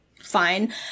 fine